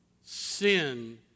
sin